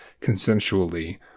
consensually